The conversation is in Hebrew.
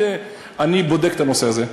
אני בודק את הנושא הזה.